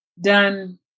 done